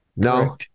No